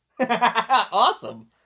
Awesome